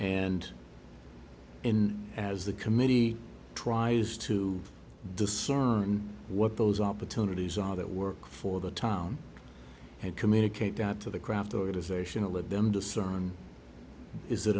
and in as the committee tries to discern what those opportunities are that work for the town and communicate that to the craft organization to let them discern is